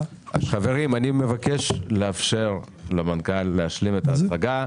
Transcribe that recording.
חברים, אני מבקש לאפשר למנכ"ל להשלים את ההצגה.